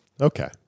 Okay